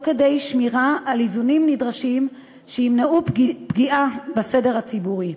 כדי שמירה על איזונים נדרשים שימנעו פגיעה בסדר הציבורי.